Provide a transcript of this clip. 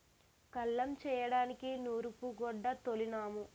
కల్లం చేయడానికి నూరూపుగొడ్డ తోలినాము